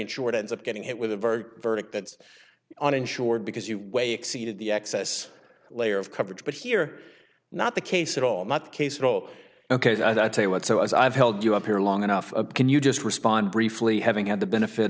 insured ends up getting hit with a verdict verdict that's uninsured because you way exceeded the excess layer of coverage but here not the case at all not the case at all ok i tell you what so as i've held you up here long enough can you just respond briefly having had the benefit